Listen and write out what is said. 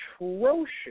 atrocious